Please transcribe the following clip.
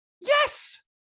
Yes